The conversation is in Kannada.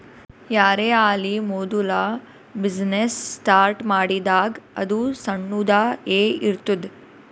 ಯಾರೇ ಆಲಿ ಮೋದುಲ ಬಿಸಿನ್ನೆಸ್ ಸ್ಟಾರ್ಟ್ ಮಾಡಿದಾಗ್ ಅದು ಸಣ್ಣುದ ಎ ಇರ್ತುದ್